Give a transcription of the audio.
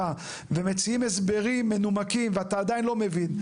ומציעים הסברים מנומקים ואתה עדיין לא מבין'.